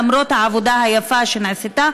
למרות העבודה היפה שנעשתה,